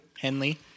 Henley